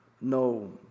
no